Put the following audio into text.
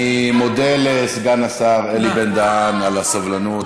אני מודה לסגן השר אלי בן-דהן על הסבלנות,